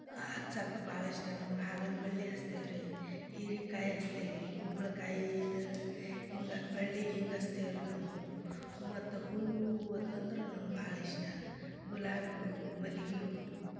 ಹಚ್ಚಕ್ಕ ಭಾಳ ಇಷ್ಟ ನಮ್ಗೆ ಹಾಗಲಬಳ್ಳಿ ಹಚ್ತೇವ್ ರೀ ಹೀರಿಕಾಯಿ ಹಚ್ತೇವಿ ಕುಂಬಳಕಾಯಿ ಇದು ಹಿಂಗೆ ಬಳ್ಳಿ ಹಿಂಗೆ ಹಚ್ತೇವ್ ರೀ ನಾವು ಮತ್ತ ಹೂವು ಅದು ಅಂದ್ರೆ ನಂಗೆ ಭಾಳ ಇಷ್ಟ ಗುಲಾಬಿ ಹೂವು ಮಲ್ಗೆ ಹೂವು